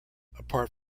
apart